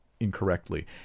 incorrectly